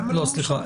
סליחה.